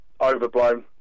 overblown